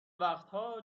وقتها